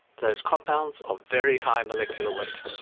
those compounds of very high molecular weight.